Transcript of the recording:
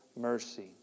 mercy